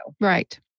right